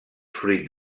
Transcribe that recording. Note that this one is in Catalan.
fruit